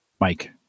Mike